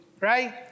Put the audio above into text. right